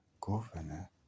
governor